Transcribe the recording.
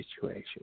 situation